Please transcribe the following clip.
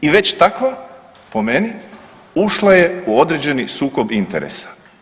I već takva, po meni ušla je u određeni sukob interesa.